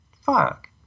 fuck